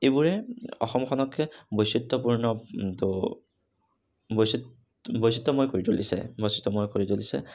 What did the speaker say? এইবোৰে অসমখনকে বৈচিত্ৰপূৰ্ণ তো বৈচিত্ৰ বৈচিত্ৰময় কৰি তুলিছে বৈচিত্ৰময় কৰি তুলিছে